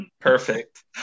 perfect